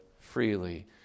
freely